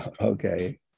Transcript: Okay